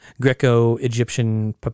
Greco-Egyptian